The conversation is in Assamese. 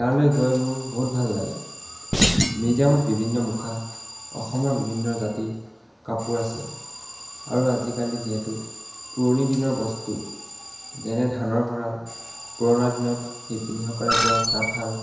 তালৈ গৈ মোৰ বহুত ভাল লাগে মিউজিয়ামত বিভিন্ন মুখা অসমৰ বিভিন্ন জাতিৰ কাপোৰ আছে আৰু আজিকালি যিহেতু পুৰণি দিনৰ বস্তু যেনে ধানৰ ভঁৰাল পুৰণা দিনত শিপিনীসকলে বোৱা তাঁতশাল